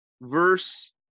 verse